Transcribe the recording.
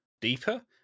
deeper